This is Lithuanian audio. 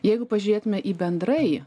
jeigu pažiūrėtume į bendrai